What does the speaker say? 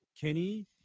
Kenny